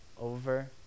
over